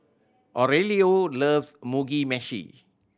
Aurelio loves Mugi Meshi